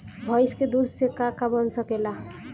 भइस के दूध से का का बन सकेला?